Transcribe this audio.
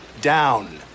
down